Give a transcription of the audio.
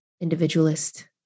individualist